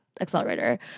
accelerator